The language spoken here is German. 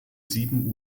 sieben